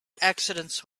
accidents